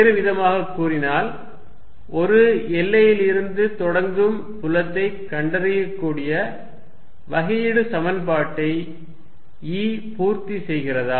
வேறுவிதமாகக் கூறினால் ஒரு எல்லையிலிருந்து தொடங்கும் புலத்தைக் கண்டறியக்கூடிய வகையீடு சமன்பாட்டை E பூர்த்தி செய்கிறதா